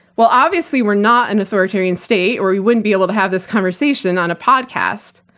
well, obviously, we're not an authoritarian state, or we wouldn't be able to have this conversation on a podcast.